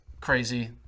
crazy